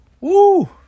Woo